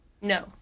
No